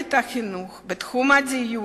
במערכת החינוך ובתחום הדיור,